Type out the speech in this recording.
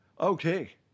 Okay